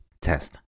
test